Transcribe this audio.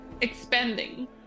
expanding